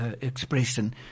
expression